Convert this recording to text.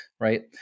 right